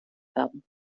werden